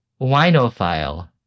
winophile